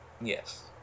Yes